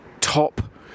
top